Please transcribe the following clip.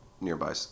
nearby